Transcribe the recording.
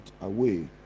away